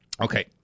Okay